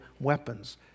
weapons